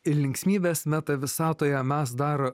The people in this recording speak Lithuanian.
ir linksmybes meta visatoje mes dar